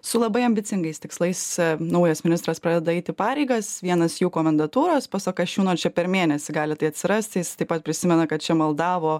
su labai ambicingais tikslais naujas ministras pradeda eiti pareigas vienas jų komendantūros pasak kasčiūno ir čia per mėnesį gali tai atsirasti jis taip pat prisimena kad čia maldavo